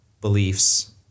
beliefs